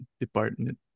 department